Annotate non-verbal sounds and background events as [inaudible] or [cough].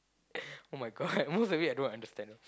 [breath] oh-my-God most of it I don't understand